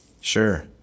Sure